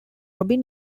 robin